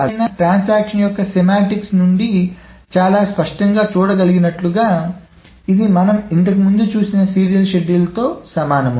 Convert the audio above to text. ఏదేమైనా ట్రాన్సాక్షన్ యొక్క సెమాంటిక్స్ నుండి చాలా స్పష్టంగా చూడగలిగినట్లుగా ఇది మనము ఇంతకు ముందు చూసిన సీరియల్ షెడ్యూల్తో సమానం